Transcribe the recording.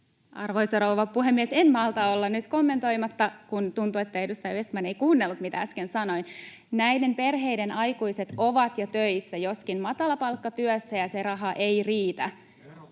Arvoisa rouva puhemies! En malta olla nyt kommentoimatta, kun tuntuu, että edustaja Vestman ei kuunnellut, mitä äsken sanoin. Näiden perheiden aikuiset ovat jo töissä, joskin matalapalkkatyössä, ja se raha ei riitä